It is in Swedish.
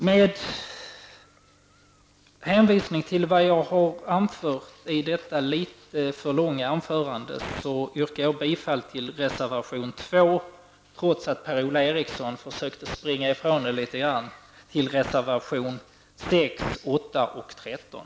Med hänvisning till det anförda i detta litet för långa anförande yrkar jag bifall till reservation 2, trots att Per-Ola Eriksson något försökte springa ifrån den. Vidare yrkar jag bifall till reservationerna 6, 8 och 13.